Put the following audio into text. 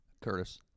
Curtis